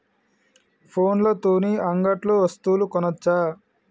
ఫోన్ల తోని అంగట్లో వస్తువులు కొనచ్చా?